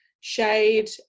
shade